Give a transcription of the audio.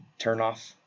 Turnoff